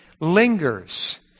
lingers